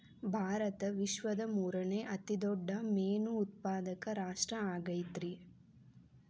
ಭಾರತ ವಿಶ್ವದ ಮೂರನೇ ಅತಿ ದೊಡ್ಡ ಮೇನು ಉತ್ಪಾದಕ ರಾಷ್ಟ್ರ ಆಗೈತ್ರಿ